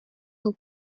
son